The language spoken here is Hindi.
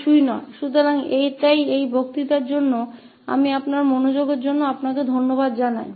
तो इस व्याख्यान के लिए बस इतना ही और आपके ध्यान के लिए मैं आपको धन्यवाद देता हूं